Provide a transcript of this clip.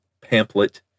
pamphlet